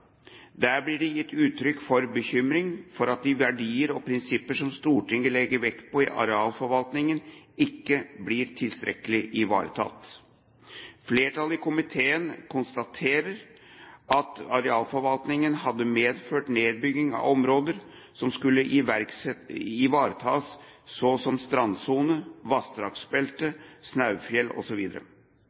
Der ble det gitt uttrykk for bekymring for at de verdier og prinsipper som Stortinget legger vekt på i arealforvaltningen, ikke blir tilstrekkelig ivaretatt. Flertallet i komiteen konstaterte at arealforvaltningen hadde medført nedbygging av områder som skulle ivaretas, så som strandsonen, vassdragsbeltet,